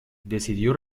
decidió